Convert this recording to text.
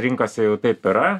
rinkose jau taip yra